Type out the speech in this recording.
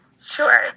Sure